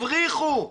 הבריחו,